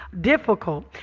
difficult